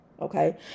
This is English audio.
okay